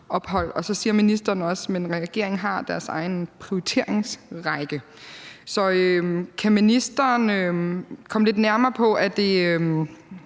Så siger ministeren også, at regeringen har deres egen prioriteringsrække. Kan ministeren komme lidt nærmere ind på, hvad det